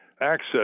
access